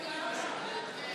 (קוראת בשמות חברי הכנסת)